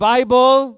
Bible